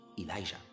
Elijah